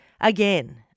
Again